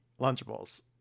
Lunchables